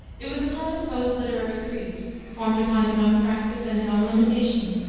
it was a part of poe's literary creed formed upon his own practice and his own limitations,